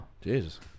Jesus